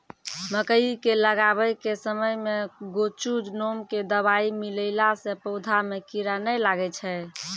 मकई के लगाबै के समय मे गोचु नाम के दवाई मिलैला से पौधा मे कीड़ा नैय लागै छै?